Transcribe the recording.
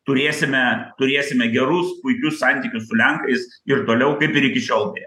turėsime turėsime gerus puikius santykius su lenkais ir toliau kaip ir iki šiol beje